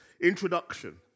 Introduction